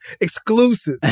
Exclusive